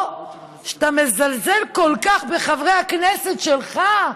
או שאתה מזלזל כל כך בחברי הכנסת שלך,